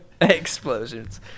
Explosions